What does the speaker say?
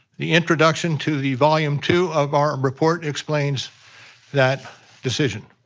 the introduction to the volume two of our report explains that decision,